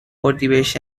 اردیبهشت